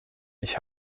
ich